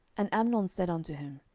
and amnon said unto him,